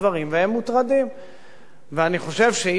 ואני חושב שאי-אפשר להגיד לבן-אדם: אתה לא יכול לדבר